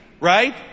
Right